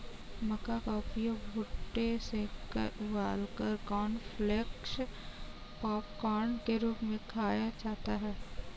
मक्का का उपयोग भुट्टे सेंककर उबालकर कॉर्नफलेक्स पॉपकार्न के रूप में खाया जाता है